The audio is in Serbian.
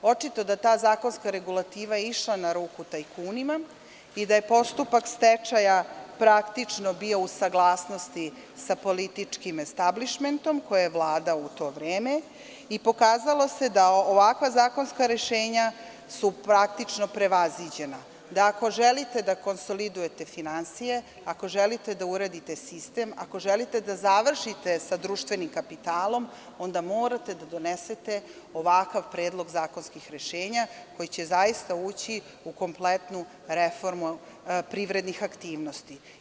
Očito da je ta zakonska regulativa išla na ruku tajkunima i da je postupak stečaja praktično bio u saglasnosti sa političkim establišmentom koji je vladao u to vreme i pokazalo se da su ovakva zakonska rešenja praktično prevaziđena, da ako želite da konsolidujete finansije, ako želite da uredite sistem, ako želite da završite sa društvenim kapitalom, onda morate da donesete ovakav predlog zakonskih rešenja koji će zaista ući u kompletnu reformu privrednih aktivnosti.